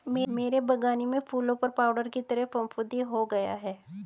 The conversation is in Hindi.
मेरे बगानी में फूलों पर पाउडर की तरह फुफुदी हो गया हैं